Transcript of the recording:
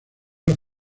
los